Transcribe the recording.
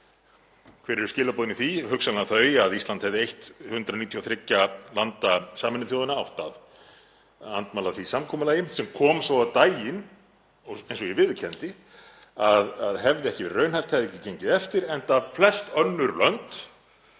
Hver eru skilaboðin í því? Hugsanlega þau að Ísland hefði eitt 193 landa Sameinuðu þjóðanna átt að andmæla því samkomulagi sem kom svo á daginn, eins og ég viðurkenndi, að hefði ekki verið raunhæft, hefði ekki gengið eftir, enda flest önnur lönd,